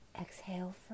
exhale